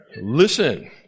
Listen